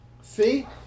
See